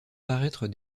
paraître